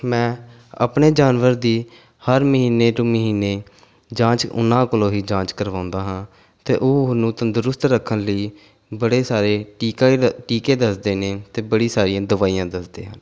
ਮੈਂ ਆਪਣੇ ਜਾਨਵਰ ਦੀ ਹਰ ਮਹੀਨੇ ਤੋਂ ਮਹੀਨੇ ਜਾਂਚ ਉਹਨਾਂ ਕੋਲੋਂ ਹੀ ਜਾਂਚ ਕਰਵਾਉਂਦਾ ਹਾਂ ਅਤੇ ਉਹ ਉਹਨੂੰ ਤੰਦਰੁਸਤ ਰੱਖਣ ਲਈ ਬੜੇ ਸਾਰੇ ਟੀਕਾ ਟੀਕੇ ਦੱਸਦੇ ਨੇ ਅਤੇ ਬੜੀ ਸਾਰੀਆਂ ਦਵਾਈਆਂ ਦੱਸਦੇ ਹਨ